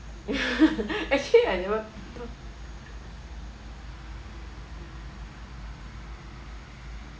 actually I never